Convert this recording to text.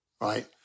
right